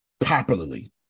popularly